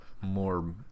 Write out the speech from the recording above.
more